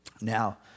Now